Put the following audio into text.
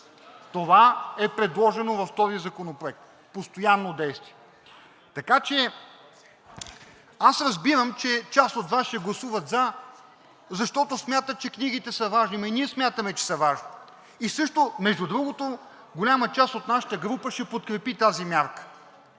Това е предложено в този законопроект – постоянно действие. Аз разбирам, че част от Вас ще гласуват за, защото смятат, че книгите са важни. Ами и ние смятаме, че са важни и между другото, голяма част от нашата група също ще подкрепи тази мярка,